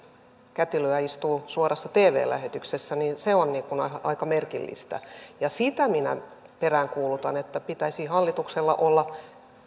kätilöä istui suorassa tv lähetyksessä on aika merkillistä ja sitä minä peräänkuulutan että pitäisi hallituksella olla